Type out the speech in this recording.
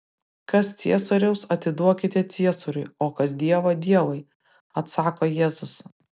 kas ciesoriaus atiduokite ciesoriui o kas dievo dievui atsako jėzus